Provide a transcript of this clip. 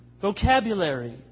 vocabulary